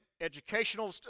educational